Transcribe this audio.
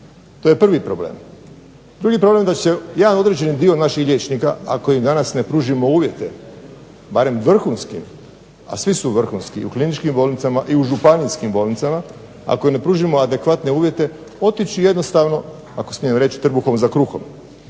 To je prvi problem. Drugi problem da će se jedan određeni dio naših liječnika, ako im danas ne pružimo uvjete, barem vrhunske, a svi su vrhunski u kliničkim bolnicama, i u županijskim bolnicama, ako im ne pružimo adekvatne uvjete otići jednostavno, ako smijem reći trbuhom za kruhom.